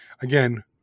Again